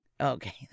Okay